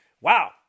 Wow